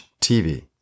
TV